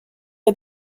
est